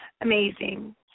amazing